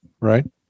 Right